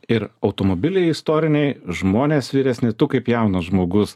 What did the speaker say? ir automobiliai istoriniai žmonės vyresni tu kaip jaunas žmogus